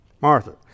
Martha